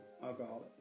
alcoholic